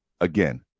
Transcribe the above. again